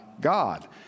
God